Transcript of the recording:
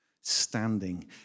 standing